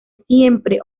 siempre